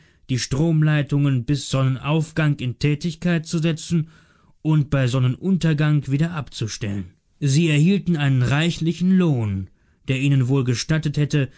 die stromleitungen bei sonnenaufgang in tätigkeit zu setzen und bei sonnenuntergang wieder abzustellen sie erhielten einen reichlichen lohn der ihnen wohl gestattet hätte